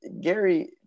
Gary